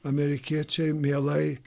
amerikiečiai mielai